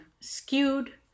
skewed